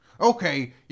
Okay